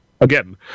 Again